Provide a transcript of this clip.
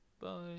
Bye